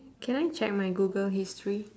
can I check my google history